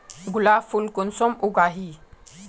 गुलाब फुल कुंसम उगाही?